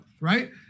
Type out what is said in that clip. Right